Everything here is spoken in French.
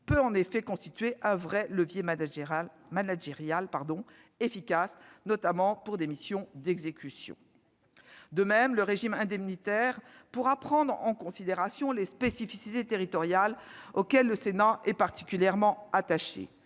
peut en effet constituer un levier managérial efficace, notamment pour des missions d'exécution. De même, le régime indemnitaire pourra prendre en considération les spécificités territoriales, auxquelles le Sénat est particulièrement attaché,